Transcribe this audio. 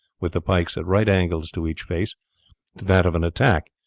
with the pikes at right angles to each face, to that of an attack,